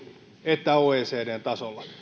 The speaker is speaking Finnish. että oecdn tasolla